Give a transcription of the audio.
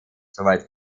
soweit